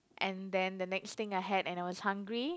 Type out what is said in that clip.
and then the next thing I had and I was hungry